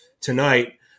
tonight